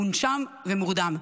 מונשם ומורדם.